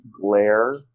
glare